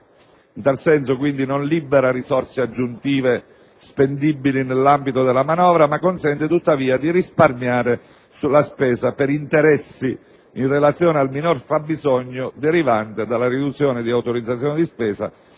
In tal senso, non libera risorse aggiuntive spendibili nell'ambito della manovra, ma consente tuttavia di risparmiare sulla spesa per interessi, in relazione al minor fabbisogno derivante dalla riduzione di autorizzazione di spesa,